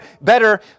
better